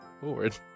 forward